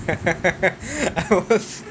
I was